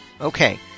Okay